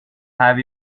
have